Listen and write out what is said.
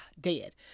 dead